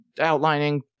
outlining